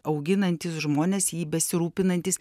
auginantys žmonės jį besirūpinantys